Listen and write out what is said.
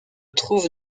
trouve